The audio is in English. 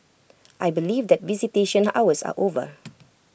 I believe that visitation hours are over